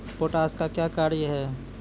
Potash का क्या कार्य हैं?